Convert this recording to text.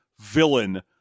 villain